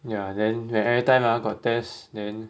ya then when everytime ah got test then